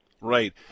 Right